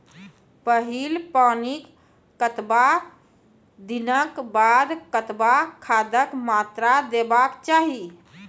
पहिल पानिक कतबा दिनऽक बाद कतबा खादक मात्रा देबाक चाही?